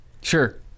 sure